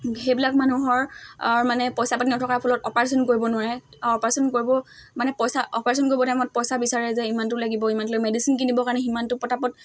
সেইবিলাক মানুহৰ মানে পইচা পাতি নথকাৰ ফলত অপাৰেচন কৰিব নোৱাৰে আৰু অপাৰেচন কৰিব মানে পইচা অপাৰেচন কৰিব টাইমত পইচা বিচাৰে যে ইমানটো লাগিব ইমানটো মেডিচিন কিনিবৰ কাৰণে সিমানটো পতাপত